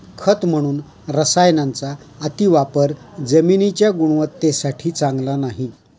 खत म्हणून रसायनांचा अतिवापर जमिनीच्या गुणवत्तेसाठी चांगला नाही